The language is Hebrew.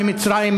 ממצרים,